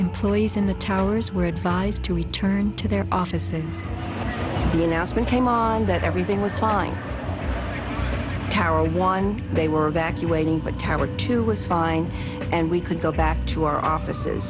employees in the towers were advised to return to their offices the announcement came on that everything was fine tower one they were evacuating but tower two was fine and we could go back to our offices